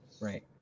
Right